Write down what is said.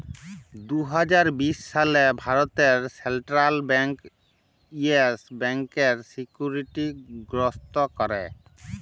দু হাজার বিশ সালে ভারতে সেলট্রাল ব্যাংক ইয়েস ব্যাংকের সিকিউরিটি গ্রস্ত ক্যরে